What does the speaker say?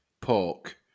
pork